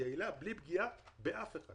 יעילה ובלי פגיעה באף אחד,